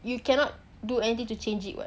you cannot do anything to change it what